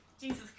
Jesus